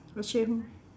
achievem~